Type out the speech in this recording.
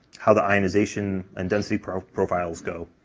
how the ionization and density profiles profiles go,